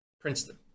Princeton